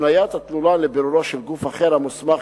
הפניית התלונה לבירורו של גוף אחר המוסמך